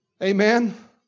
Amen